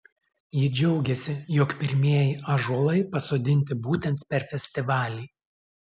ji džiaugėsi jog pirmieji ąžuolai pasodinti būtent per festivalį